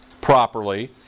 properly